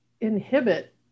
inhibit